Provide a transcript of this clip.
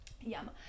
Yum